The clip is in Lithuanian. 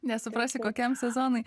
nesuprasi kokiam sezonui